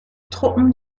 truppen